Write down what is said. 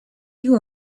you